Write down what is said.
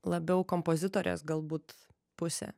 labiau kompozitorės galbūt pusę